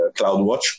CloudWatch